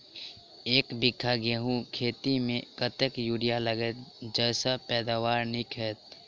एक बीघा गेंहूँ खेती मे कतेक यूरिया लागतै जयसँ पैदावार नीक हेतइ?